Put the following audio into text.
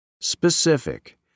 Specific